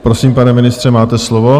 Prosím, pane ministře, máte slovo.